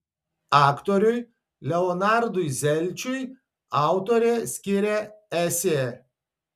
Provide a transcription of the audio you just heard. aktoriui leonardui zelčiui autorė skiria esė